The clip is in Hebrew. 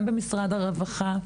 גם במשרד הרווחה.